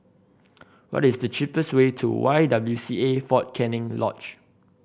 what is the cheapest way to Y W C A Fort Canning Lodge